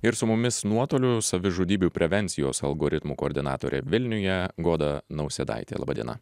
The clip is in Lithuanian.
ir su mumis nuotoliu savižudybių prevencijos algoritmų koordinatorė vilniuje goda nausėdaitė laba diena